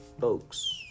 folks